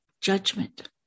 Judgment